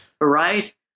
right